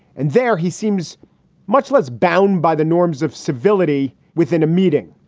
and there he seems much less bound by the norms of civility within a meeting.